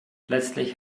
letztlich